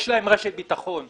תהיה להם רשת ביטחון.